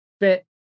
fit